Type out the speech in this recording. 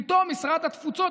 פתאום משרד התפוצות,